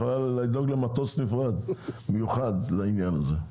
היא יכולה לדאוג למטוס מיוחד לעניין הזה.